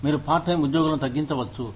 మీరు part time ఉద్యోగులను తగ్గించవచ్చు